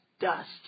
dust